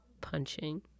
punching